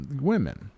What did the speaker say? women